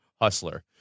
hustler